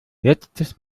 letztes